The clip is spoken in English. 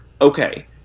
Okay